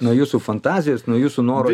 nuo jūsų fantazijos nuo jūsų norų